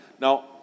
Now